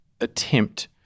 attempt